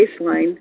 baseline